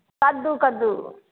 कद्दू कद्दू